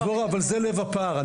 דבורה, אבל זה לב הפער.